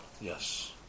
Yes